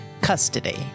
custody